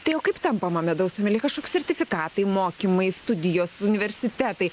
tai o kaip tampama medaus ameljė kažkoks sertifikatai mokymai studijos universitetai